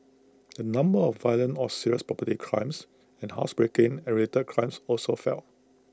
the number of violent or serious property crimes and housebreaking related crimes also fell